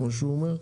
כמו שהוא אומר.